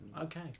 okay